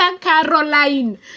Caroline